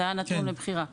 זה היה נתון לבחירה.